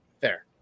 fair